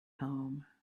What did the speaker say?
home